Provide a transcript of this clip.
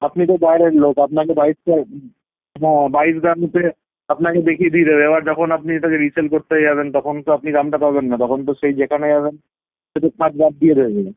আপনি তো বাইরের লোক আপনাকে বাইশ ক্যারেট হ্যাঁ বাইশ গ্রামতে আপনাকে দেখিয়ে দিয়ে দেবে এবার যখন আপনি এটাকে রিসেল করতে যাবেন তখন তো আপনি দামটা পাবেন না তখন তো সেই যেখানে যাবেন সে তো খাদ বাদ দিয়ে দেবে